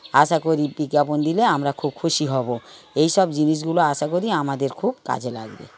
আশা করি বিজ্ঞাপন দিলে আমরা খুব খুশি হবো এইসব জিনিসগুলো আশা করি আমাদের খুব কাজে লাগবে